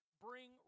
bring